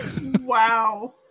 Wow